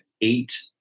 eight